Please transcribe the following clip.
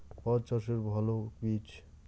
পাঠ চাষের ভালো বীজ?